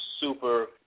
super